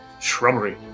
shrubbery